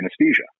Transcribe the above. anesthesia